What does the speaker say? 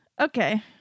Okay